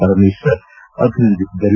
ಪರಮೇಶ್ವರ್ ಅಭಿನಂದಿಸಿದರು